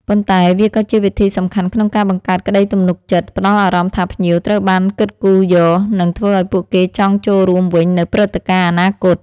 ប៉ុន្តែវាក៏ជាវិធីសំខាន់ក្នុងការបង្កើតក្តីទំនុកចិត្ត ផ្តល់អារម្មណ៍ថាភ្ញៀវត្រូវបានគិតគូរយក និងធ្វើឲ្យពួកគេចង់ចូលរួមវិញនៅព្រឹត្តិការណ៍អនាគត។